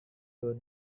your